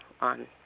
on